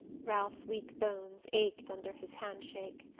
ralph's weak bones ached under his handshake.